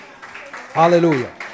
Hallelujah